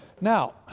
now